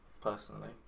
Personally